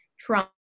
Trump